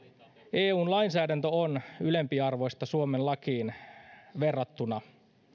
eun lainsäädäntö on ylempiarvoista suomen lakiin verrattuna